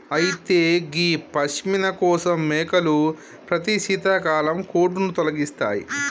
అయితే గీ పష్మిన కోసం మేకలు ప్రతి శీతాకాలం కోటును తొలగిస్తాయి